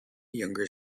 younger